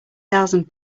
thousand